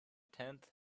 tenth